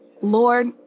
Lord